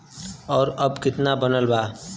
और अब कितना बनल बा?